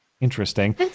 interesting